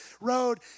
road